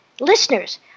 Listeners